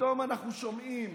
ופתאום אנחנו שומעים